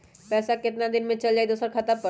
पैसा कितना दिन में चल जाई दुसर खाता पर?